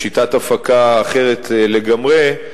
שיטת הפקה אחרת לגמרי,